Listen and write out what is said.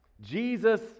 Jesus